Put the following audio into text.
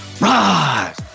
rise